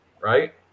right